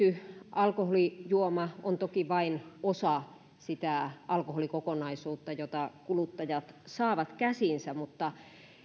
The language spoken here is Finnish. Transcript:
alkoholijuoma on toki vain osa sitä alkoholikokonaisuutta jota kuluttajat saavat käsiinsä mutta